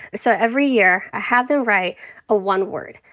so every year i have them write a one word.